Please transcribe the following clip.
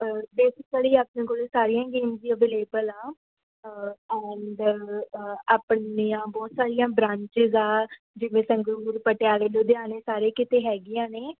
basically ਆਪਣੇ ਕੋਲ ਸਾਰੀਆਂ ਗੇਮਸ ਹੀ ਅਵੇਲੇਬਲ ਆ ਐਂਡ ਆਪਣੀਆਂ ਬਹੁਤ ਸਾਰੀਆਂ ਬਰਾਂਚਿਜ ਆ ਜਿਵੇਂ ਸੰਗਰੂਰ ਪਟਿਆਲੇ ਲੁਧਿਆਣੇ ਸਾਰੇ ਕਿਤੇ ਹੈਗੀਆਂ ਨੇ